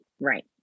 right